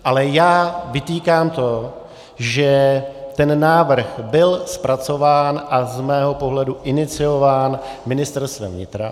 Ale já vytýkám to, že návrh byl zpracován a z mého pohledu iniciován Ministerstvem vnitra.